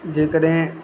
जेकॾहिं